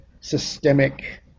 systemic